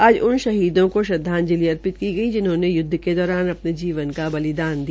आज उन शहीदों को श्रदवाजंलि अर्पित की गई जिन्होंने य्दव के दौरान अपने जीवन का बलिदान दिया